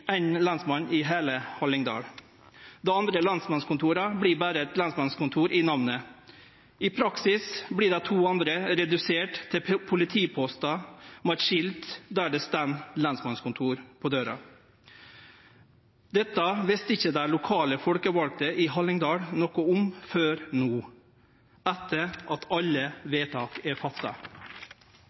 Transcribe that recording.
ein lensmann i heile Hallingdal. Dei andre lensmannskontora vert berre lensmannskontor i namnet. I praksis vert dei to andre reduserte til politipostar med eit skilt på døra der det står lensmannskontor. Dette visste ikkje dei lokale folkevalde i Hallingdal noko om før no, etter at alle vedtak er fatta.